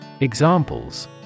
Examples